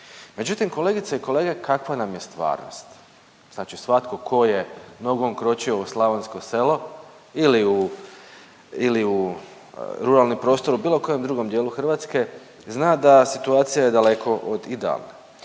međutim kolegice i kolege, kakva nam je stvarnost? Znači svatko ko je nogom kročio u slavonsko selo ili u, ili u ruralni prostor u bilo kojem drugom dijelu Hrvatske zna da situacija je daleko od idealne